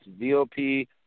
VOP